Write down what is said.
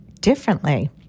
differently